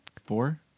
Four